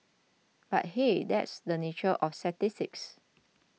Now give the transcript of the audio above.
but hey that's the nature of statistics